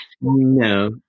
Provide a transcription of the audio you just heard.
No